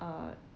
uh